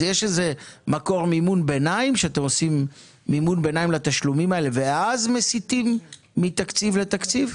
אז יש מקור מימון ביניים לתשלומים האלה ואז מסיטים מתקציב לתקציב?